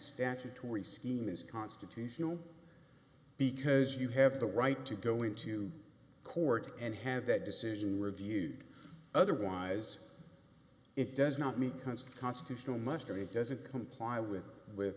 statutory scheme is constitutional because you have the right to go into court and have that decision reviewed otherwise it does not mean const constitutional muster it doesn't comply with with